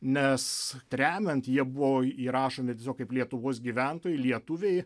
nes tremiant jie buvo įrašomi kaip lietuvos gyventojai lietuviai